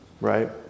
right